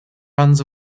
runs